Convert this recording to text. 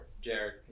Jared